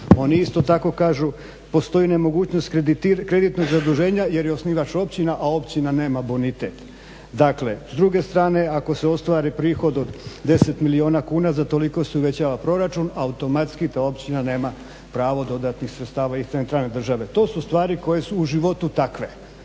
Oni isto tako kažu postoji nemogućnost kreditnog zaduženja jer je osnivač općina, a općina nema bonitet. Dakle, s druge strane ako se ostvari prihod od 10 milijuna kuna za toliko se uvećava proračun, automatski ta općina nema pravo dodatnih sredstava iz centralne države. To su stvari koje su u životu takve